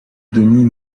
denis